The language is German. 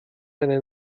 eine